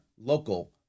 local